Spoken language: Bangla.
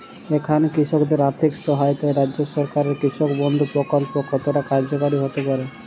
এখানে কৃষকদের আর্থিক সহায়তায় রাজ্য সরকারের কৃষক বন্ধু প্রক্ল্প কতটা কার্যকরী হতে পারে?